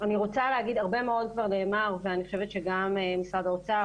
הרבה מאוד כבר נאמר ואני חושבת שגם משרד האוצר